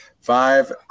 five